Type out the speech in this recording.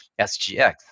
SGX